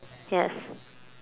yes